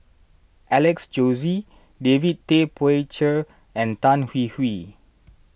Alex Josey David Tay Poey Cher and Tan Hwee Hwee